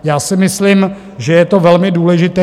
Já si myslím, že je to velmi důležité.